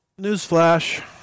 Newsflash